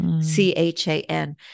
C-H-A-N